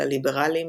לליברלים,